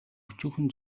өчүүхэн